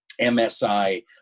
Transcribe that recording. msi